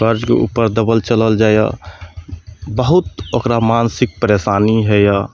खर्चके ऊपर दबल चलल जाइए बहुत ओकरा मानसिक परेशानी होइए